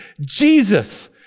Jesus